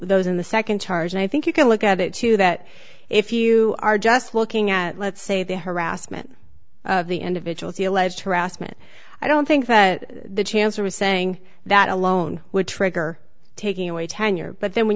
those in the second charge and i think you can look at it too that if you are just looking at let's say the harassment of the individuals the alleged harassment i don't think that the chancellor was saying that alone which egger taking away tenure but then when